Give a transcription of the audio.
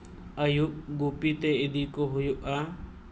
ᱟᱹᱭᱩᱵ ᱜᱩᱯᱤᱛᱮ ᱤᱫᱤ ᱠᱚ ᱦᱩᱭᱩᱜᱼᱟ